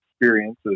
experiences